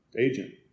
Agent